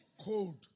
cold